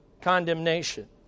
condemnation